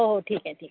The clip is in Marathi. हो हो ठीक आहे ठीक आहे